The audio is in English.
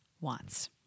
wants